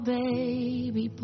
baby